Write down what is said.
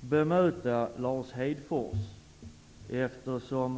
bemöta det Lars Hedfors sade.